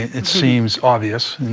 it seems obvious.